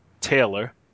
Taylor